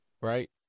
right